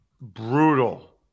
brutal